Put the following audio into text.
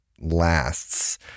lasts